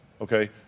Okay